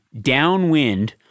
downwind